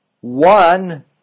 One